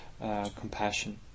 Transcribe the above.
compassion